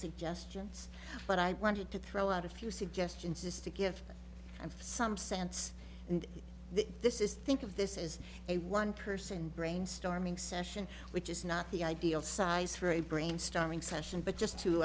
suggestions but i wanted to throw out a few suggestions just to give some sense and this is think of this is a one person brainstorming session which is not the ideal size for a brainstorming session but just to